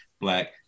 black